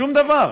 שום דבר.